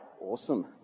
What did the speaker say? Awesome